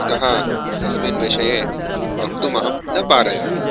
अतः तस्मिन् विषये वक्तुम् अहं न पारयामि